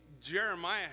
jeremiah